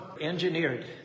engineered